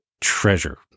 treasure